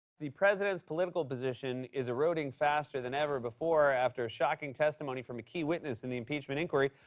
the president's political position is eroding faster than ever before after a shocking testimony from a key witness in the impeachment inquiry.